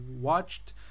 watched